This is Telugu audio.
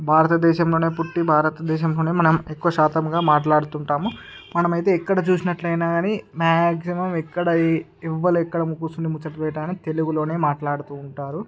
భారతదేశంలోనే పుట్టి భారతదేశంలోనే మనం ఎక్కువ శాతముగా మాట్లాడుతుంటాము మనమైతే ఇక్కడ చూసినట్లయినా కాని మ్యాక్సిమం ఇక్కడ ఈ ఎవరు ఎక్కడ కూర్చొని ముచ్చట్లు పెట్టగానే తెలుగులోనే మాట్లాడుతూ ఉంటారు